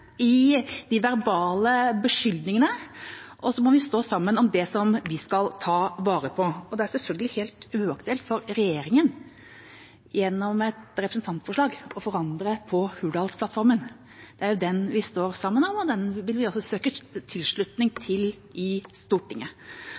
i de verbale beskyldningene, og så må vi stå sammen om det vi skal ta vare på. Det er selvfølgelig helt uaktuelt for regjeringa gjennom et representantforslag å forandre på Hurdalsplattformen. Det er jo den vi står sammen om, og den vil vi også søke tilslutning